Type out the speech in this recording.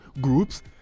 groups